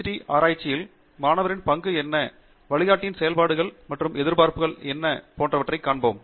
D ஆராய்ச்சியில் மாணவரின் பங்கு என்ன வழிகாட்டியின் செயல்பாடுகள் மற்றும் எதிர்பார்ப்புகள் என்ன போன்றவற்றை காண்போம்